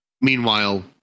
Meanwhile